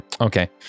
Okay